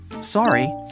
Sorry